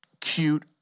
cute